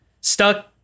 stuck